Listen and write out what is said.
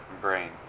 brain